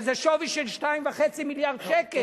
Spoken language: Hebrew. שזה שווי של 2.5 מיליארד שקלים.